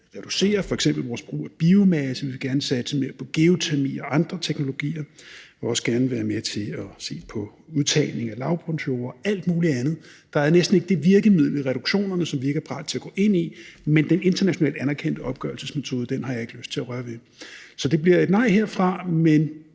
reducere f.eks. vores brug af biomasse. Vi vil gerne satse mere på geotermi og andre teknologier, vi vil også gerne være med til at se på udtagning af lavbundsjorde og alt muligt andet. Der er næsten ikke det virkemiddel i reduktionerne, som vi ikke er parat til at gå ind i, men den internationalt anerkendte opgørelsesmetode har jeg ikke lyst til at røre ved. Så det blive et nej herfra. Men